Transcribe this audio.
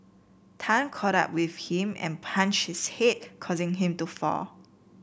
Tan caught up with him and punch his head causing him to fall